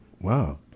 Wow